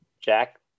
jack